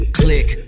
click